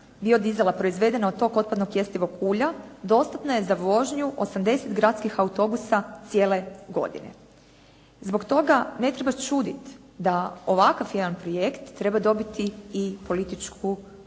biodizela proizvedena od tog otpadnog jestivog ulja dostatna je za vožnju 80 gradskih autobusa cijele godine. Zbog toga ne treba čuditi da ovakav jedan projekt treba dobiti i političku podršku